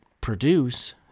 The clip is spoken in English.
produce